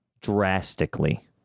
Drastically